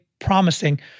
promising